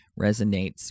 resonates